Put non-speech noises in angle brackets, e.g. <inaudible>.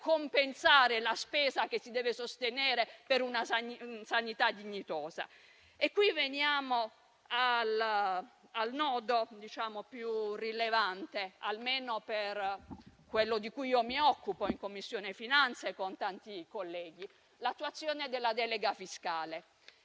compensare la spesa che si deve sostenere per una sanità dignitosa. <applause> Veniamo così al nodo più rilevante, almeno per quello di cui mi occupo in Commissione finanze con tanti colleghi, ovvero l'attuazione della delega fiscale.